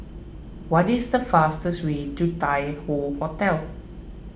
what is the fastest way to Tai Hoe Hotel